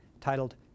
titled